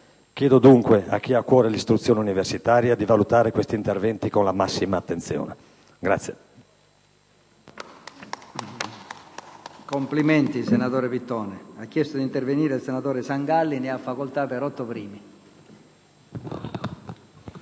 Chiedo, dunque, a chi ha a cuore l'istruzione universitaria di valutare questi interventi con la massima attenzione.